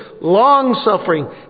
long-suffering